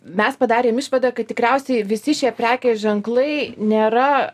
mes padarėm išvadą kad tikriausiai visi šie prekės ženklai nėra